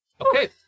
Okay